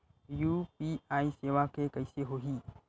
UPI सेवा के कइसे होही?